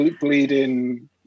bleeding